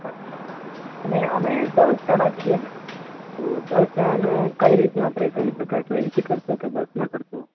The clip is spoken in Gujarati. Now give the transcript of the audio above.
અચ્છા અને અમે દસ જણા છીએ મેડમ તો દસ જણાનું કઈ રીતના આપળે કરી સકાએ એનથી કરતો બસમાં કરતો